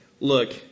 Look